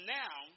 now